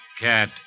cat